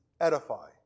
edify